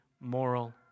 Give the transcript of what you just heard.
moral